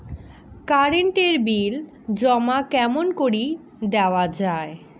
Current এর bill জমা কেমন করি দেওয়া যায়?